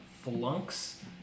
flunks